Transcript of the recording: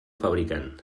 fabricant